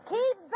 Keep